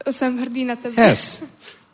Yes